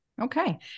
Okay